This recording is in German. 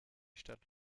stadt